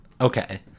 Okay